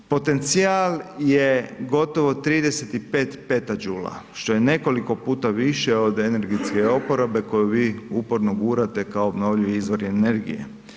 Potencijal je gotovo 35 petadžula, što je nekoliko puta više od energetske oporabe koju vi uporno gurate kao obnovljivi izvori energije.